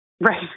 Right